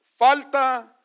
falta